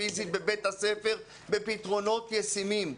פיזית בבית הספר בפתרונות ישימים.